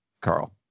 Carl